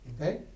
Okay